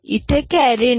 इथे कॅरी नाही